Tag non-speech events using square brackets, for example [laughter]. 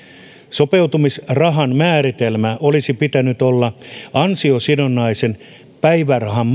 sopeutumisrahan määritelmänä olisi pitänyt olla ansiosidonnaisen päivärahan [unintelligible]